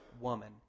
woman